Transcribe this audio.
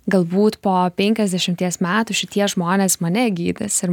galbūt po penkiasdešimties metų šitie žmonės mane gydis ir